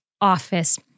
office